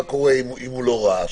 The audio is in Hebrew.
מה קורה אם הוא לא ראה את זה?